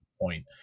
point